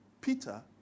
Peter